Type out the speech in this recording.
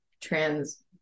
trans